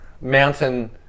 mountain